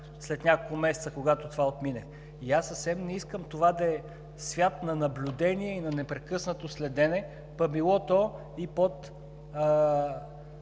след няколко месеца, когато това отмине. И аз съвсем не искам това да е свят на наблюдение и на непрекъснато следене, та било то и под